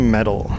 Metal